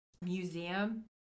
museum